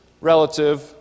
relative